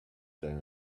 say